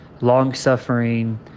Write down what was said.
long-suffering